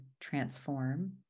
transform